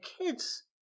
kids